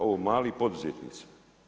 Ovi mali poduzetnici.